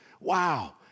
wow